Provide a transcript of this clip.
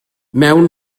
mewn